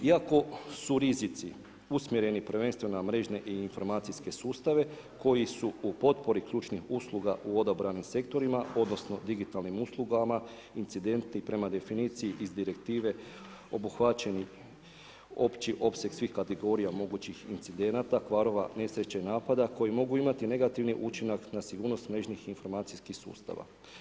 Iako su rizici usmjereni, prvenstveno na mrežne i informacijske sustave, koji su u potpori ključnih usluga u odabranim sektorima, odnosno, digitalnim uslugama, incidenti prema definiciji iz direktive, obuhvaćeni opći opseg svih kategorija mogućih incidenata, kvarova, nesreća i napada, koji mogu imati negativni učinak na sigurnost mrežnih informatičkih sustava.